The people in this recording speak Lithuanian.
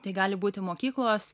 tai gali būti mokyklos